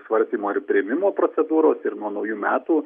svarstymo ir priėmimo procedūros ir nuo naujų metų